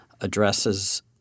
addresses